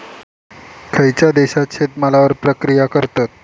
खयच्या देशात शेतमालावर प्रक्रिया करतत?